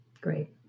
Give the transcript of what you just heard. Great